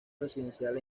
residencial